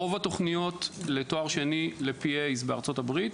רוב התכניות לתואר שני ב-P.A בארצות הברית